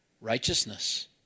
righteousness